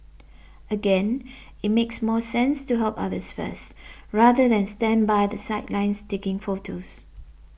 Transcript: again it makes more sense to help others first rather than stand by the sidelines taking photos